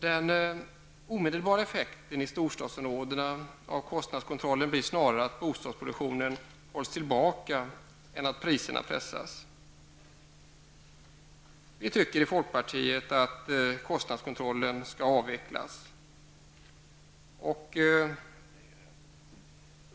Den omedelbara effekten av kostnadskontrollen i storstäderna blir snarare att bostadsproduktionen hålls tillbaka än att priserna pressas. Vi tycker i folkpartiet att kostnadskontrollen skall avvecklas.